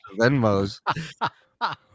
Venmo's